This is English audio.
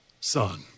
son